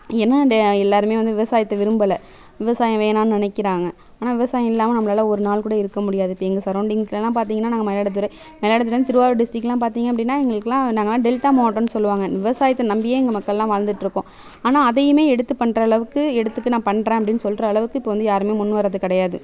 என்ன எல்லோருமே வந்து விவசாயத்தை விரும்பலை விவசாயம் வேணான்னு நினைக்கிறாங்க ஆனால் விவசாயம் இல்லாமல் நம்மளால ஒரு நாள் கூட இருக்க முடியாது இப்போ எங்கள் சரோவுன்டிங்களா பாத்தீங்கன்னா நாங்கள் மயிலாடுதுறை மயிலாடுதுறையிலேருந்து திருவாரூர் டிஸ்ட்ரிக்ட்லாம் பார்த்தீங்க அப்படினா எங்களுக்கெல்லாம் நாங்கள்லாம் டெல்டா மாவட்டம்னு சொல்வாங்க விவசாயித்தை நம்பியே எங்கள் மக்கள்லாம் வாழ்ந்துகிட்ருக்கோம் ஆனால் அதையும் எடுத்து பண்ணுறளவுக்கு எடுத்து நான் பண்ணுற அப்டின்னு சொல்கிறளவுக்கு இப்போ வந்து யாரும் முன்வரது கிடையாது